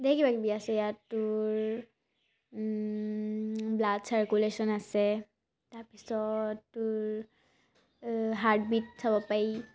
ধেৰ কিবাকিবি আছে ইয়াত তোৰ ব্লাড চাৰ্কুলেশ্যন আছে তাৰপিছত তোৰ হাৰ্ট বিট চাব পাৰি